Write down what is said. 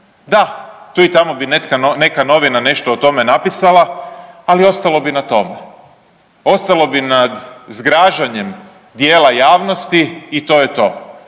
Da, tu i tamo bi neka novina nešto o tome napisala, ali ostalo bi na tome. Ostalo bi nad zgražanjem dijela javnosti i to je to,